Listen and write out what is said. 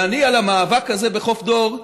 והמאבק הזה בחוף דור,